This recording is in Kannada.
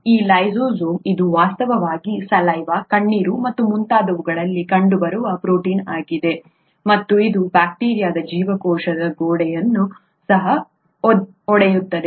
ಈ ಲೈಸೋಜೈಮ್ ಇದು ವಾಸ್ತವವಾಗಿ ಸಲೈವ ಕಣ್ಣೀರು ಮತ್ತು ಮುಂತಾದವುಗಳಲ್ಲಿ ಕಂಡುಬರುವ ಪ್ರೋಟೀನ್ ಆಗಿದೆ ಮತ್ತು ಇದು ಬ್ಯಾಕ್ಟೀರಿಯಾದ ಜೀವಕೋಶದ ಗೋಡೆಯನ್ನು ಸಹ ಒಡೆಯುತ್ತದೆ